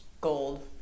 Gold